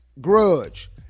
grudge